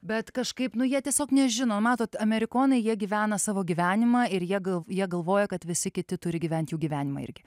bet kažkaip nu jie tiesiog nežino matot amerikonai jie gyvena savo gyvenimą ir jie galv jie galvoja kad visi kiti turi gyventi jų gyvenimą irgi